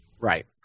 Right